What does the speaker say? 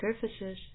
surfaces